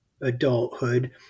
adulthood